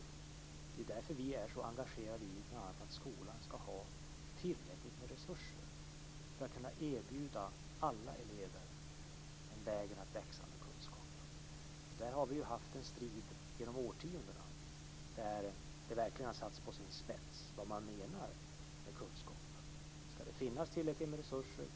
Det är därför som vi är så engagerade bl.a. i att skolan ska ha tillräckligt med resurser för att kunna erbjuda alla elever den här vägen att växa med kunskap. Där har vi genom årtionden haft en strid där det verkligen har satts på sin spets vad man menar med kunskap. Ska det finnas tillräckligt med resurser?